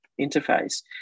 interface